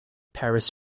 paris